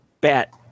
Bat